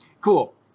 Cool